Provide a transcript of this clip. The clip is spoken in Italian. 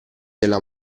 della